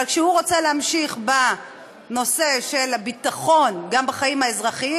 אבל כשהוא רצה להמשיך בנושא של הביטחון גם בחיים האזרחיים,